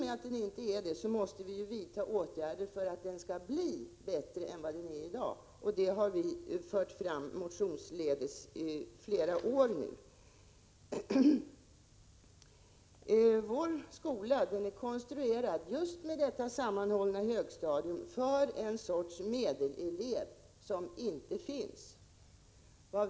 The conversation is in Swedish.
Därför måste vi vidta åtgärder för att den skall bli bättre än vad den är i dag. Det har vi fört fram motionsledes i flera år nu. Vår skola är konstruerad, med detta sammanhållna högstadium, för en sorts medelelev som inte finns.